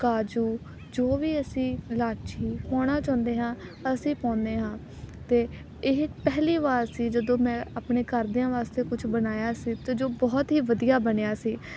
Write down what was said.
ਕਾਜੂ ਜੋ ਵੀ ਅਸੀਂ ਇਲਾਚੀ ਪਾਉਣਾ ਚਾਹੁੰਦੇ ਹਾਂ ਅਸੀਂ ਪਾਉਂਦੇ ਹਾਂ ਅਤੇ ਇਹ ਪਹਿਲੀ ਵਾਰ ਸੀ ਜਦੋਂ ਮੈਂ ਆਪਣੇ ਘਰਦਿਆਂ ਵਾਸਤੇ ਕੁਛ ਬਣਾਇਆ ਸੀ ਅਤੇ ਜੋ ਬਹੁਤ ਹੀ ਵਧੀਆ ਬਣਿਆ ਸੀ